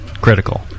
critical